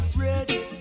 ready